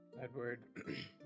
Edward